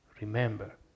remember